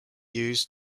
used